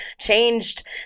changed